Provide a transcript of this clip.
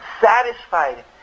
satisfied